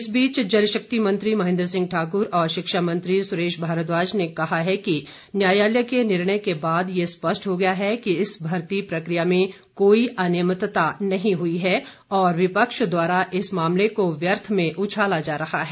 इस बीच जल शक्ति मंत्री महेन्द्र सिंह ठाकुर और शिक्षा मंत्री सुरेश भारद्वाज ने कहा है न्यायालय के निर्णय के बाद ये स्पष्ट हो गया है कि इस भर्ती प्रकिया में कोई अनियिमतता नहीं हुई है और विपक्ष द्वारा इस मामले को व्यर्थ में उछाला जा रहा है